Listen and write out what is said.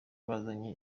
bazanye